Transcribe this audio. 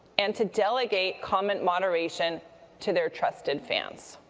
and to delegate comment moderation to their trusted fans.